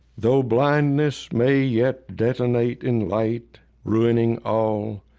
though blindness may yet detonate in light ruining all,